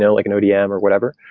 like an odm or whatever,